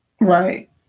Right